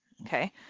Okay